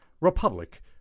Republic